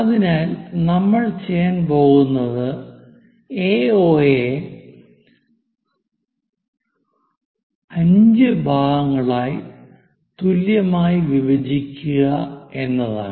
അതിനാൽ നമ്മൾ ചെയ്യാൻ പോകുന്നത് AO യെ 5 ഭാഗങ്ങളായി തുല്യമായി വിഭജിക്കുക എന്നതാണ്